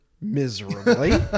miserably